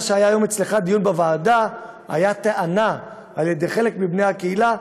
מה שהיה היום אצלך בדיון בוועדה היה טענה של חלק מבני הקהילה,